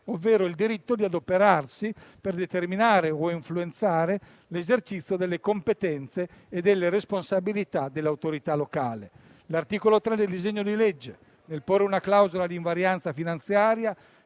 ovvero il diritto di adoperarsi per determinare o influenzare l'esercizio delle competenze e delle responsabilità dell'autorità locale. L'articolo 3 del disegno di legge, nel porre una clausola di invarianza finanziaria,